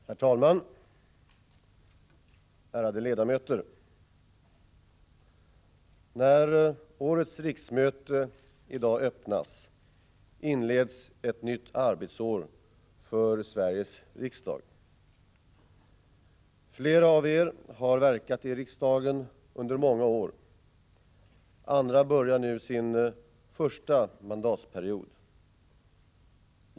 Herr talman, ärade ledamöter! När årets riksmöte i dag öppnas, inleds ett nytt arbetsår för Sveriges riksdag. Flera av Eder har verkat i riksdagen under många år, andra börjar nu sin första mandatperiod.